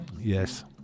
Yes